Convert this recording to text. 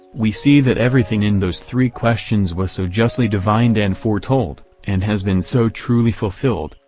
we see that everything in those three questions was so justly divined and foretold, and has been so truly fulfilled,